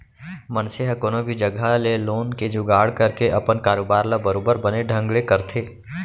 मनसे ह कोनो भी जघा ले लोन के जुगाड़ करके अपन कारोबार ल बरोबर बने ढंग ले करथे